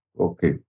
Okay